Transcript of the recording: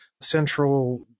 central